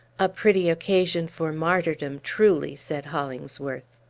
a pretty occasion for martyrdom, truly! said hollingsworth.